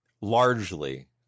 largely